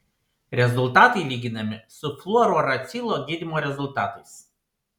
rezultatai lyginami su fluorouracilo gydymo rezultatais